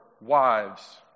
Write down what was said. wives